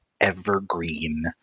Evergreen